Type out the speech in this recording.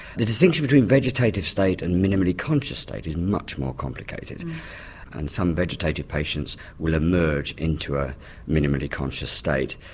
the distinction between vegetative state and minimally conscious state is much more complicated and some vegetative patients will emerge into a minimally conscious state.